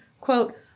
quote